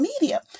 media